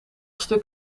stuk